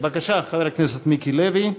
בבקשה, חבר הכנסת מיקי לוי.